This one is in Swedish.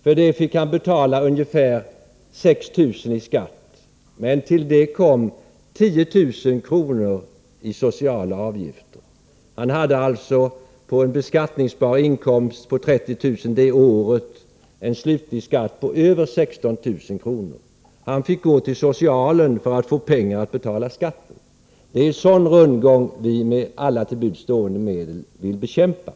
För det fick han betala ungefär 6 000 kr. i skatt, men därtill kom 10 000 kr. i sociala avgifter. På en beskattningsbar inkomst på 30000 kr. det året hade han alltså en slutlig skatt på över 16 000 kr. Han var tvungen att gå till det sociala för att få pengar till skatten. Det är en sådan rundgång som vi med till alla buds stående medel vill bekämpa.